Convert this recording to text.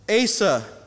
Asa